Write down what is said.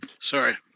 Sorry